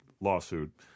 lawsuit